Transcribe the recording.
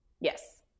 Yes